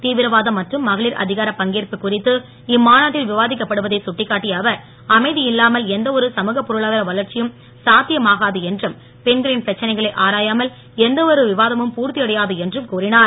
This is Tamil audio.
தீவிரவாதம் மற்றும் மகளிர் அதிகாரப் பங்கேற்புக் இம்மாநாட்டில் விவாதிக்கப்படுவதை அவர் குறித்து அமைதியில்லாமல் எந்த ஒரு சமூகப் பொருளாதார வளர்ச்சியும் சாத்தியமாகாது என்றும் பெண்களின் பிரச்சனைகளை ஆராயாமல் எந்த ஒரு விவாதமும் பூர்த்தியடையாது என்றும் கூறினார்